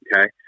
Okay